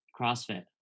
CrossFit